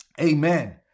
amen